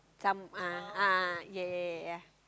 some ah a'ah yeah yeah yeah yeah yeah